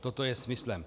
Toto je smyslem.